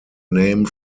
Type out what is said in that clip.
name